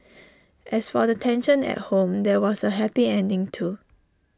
as for the tension at home there was A happy ending too